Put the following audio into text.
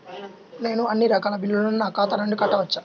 నేను అన్నీ రకాల బిల్లులను నా ఖాతా నుండి కట్టవచ్చా?